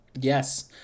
Yes